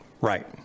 right